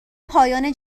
پایان